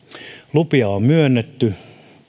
lupia on myönnetty